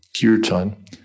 kirtan